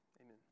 Amen